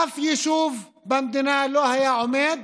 אף יישוב במדינה לא היה עומד